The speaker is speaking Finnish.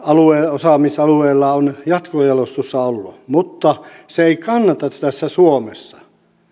osaamisalueella on jatkojalostushalua mutta se ei kannata täällä suomessa